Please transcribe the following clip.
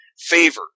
favor